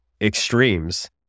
extremes